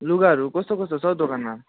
लुगाहरू कस्तो कस्तो छ हौ दोकानमा